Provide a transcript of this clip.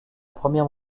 première